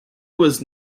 was